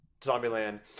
Zombieland